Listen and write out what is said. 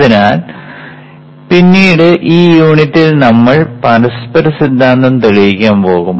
അതിനാൽ പിന്നീട് ഈ യൂണിറ്റിൽ നമ്മൾ പരസ്പര സിദ്ധാന്തം തെളിയിക്കാൻ പോകും